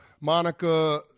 Monica